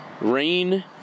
rain